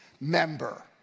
member